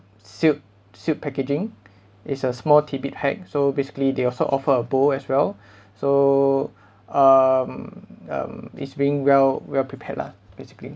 silk silk packaging it's a small tidbit pack so basically they also offer a bowl as well so um um it's being well well prepared lah basically